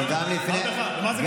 מה זה קשור לוועדה קרואה?